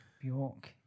Bjork